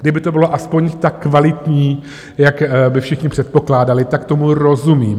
Kdyby to bylo aspoň tak kvalitní, jak by všichni předpokládali, tak tomu rozumím.